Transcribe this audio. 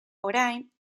orain